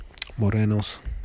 Morenos